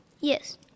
Yes